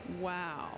wow